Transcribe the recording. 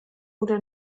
oder